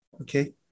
Okay